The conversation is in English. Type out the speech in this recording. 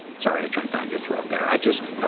sorry i jumped down your throat there. i just, ah